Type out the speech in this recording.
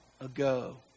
ago